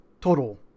total